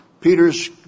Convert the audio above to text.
Peter's